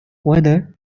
whether